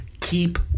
keep